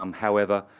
um however,